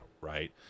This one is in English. right